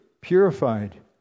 purified